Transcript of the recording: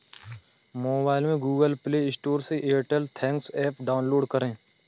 mobile में Google play store से Airtel thanks app download करें